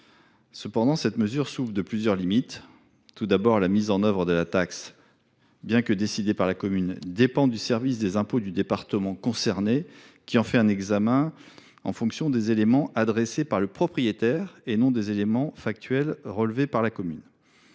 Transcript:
Cependant, cette mesure souffre de plusieurs limites. Tout d’abord, la mise en œuvre de la taxe, bien que décidée par la commune, dépend du service des impôts du département concerné, qui en fait l’examen en fonction des éléments adressés par le propriétaire, et non des éléments factuels relevés par la commune.